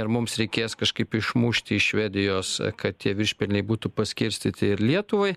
ir mums reikės kažkaip išmušti iš švedijos kad tie viršpelniai būtų paskirstyti lietuvai